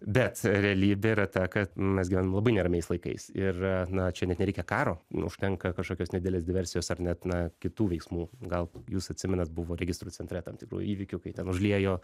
bet realybė yra ta kad mes gyvenam labai neramiais laikais ir na čia net nereikia karo užtenka kažkokios nedidelės diversijos ar net na kitų veiksmų gal jūs atsimenat buvo registrų centre tam tikrų įvykių kai ten užliejo